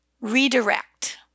Redirect